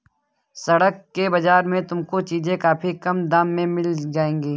सड़क के बाजार में तुमको चीजें काफी कम दाम में मिल जाएंगी